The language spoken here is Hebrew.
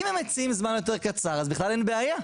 אם הם מציעים זמן יותר קצר אז בכלל אין בעיה,